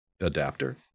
adapter